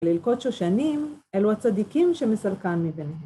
לילכות שושנים, אלו הצדיקים שמסלקן מביניהם.